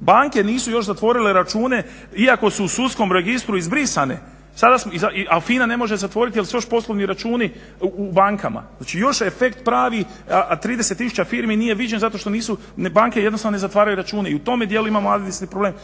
Banke nisu još zatvorile račune iako su u sudskom registru izbrisane, sada smo, ali FINA ne može zatvoriti jer su još poslovni računi u bankama, znači još je efekt pravi, a 30 tisuća firmi nije viđeno, zato što nisu, banke jednostavno ne zatvaraju račune. I u tome dijelu imamo administrativni problem